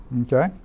okay